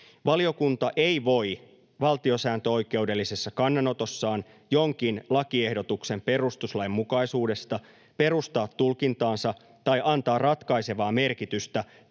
”Valiokunta ei voi valtiosääntöoikeudellisessa kannanotossaan jonkin lakiehdotuksen perustuslainmukaisuudesta perustaa tulkintaansa tai antaa ratkaisevaa merkitystä